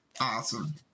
Awesome